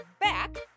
back